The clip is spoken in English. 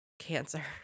cancer